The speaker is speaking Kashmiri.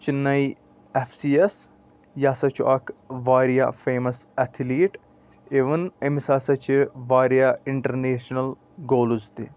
چِناے اٮ۪ف سی یَس یہِ ہَسا چھُ اَکھ واریاہ فیمَس اٮ۪تھلیٖٹ اِوٕن أمِس ہَسا چھِ واریاہ اِنٹَر نیشنَل گولٕز تہِ